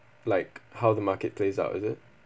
like how the marketplace out is it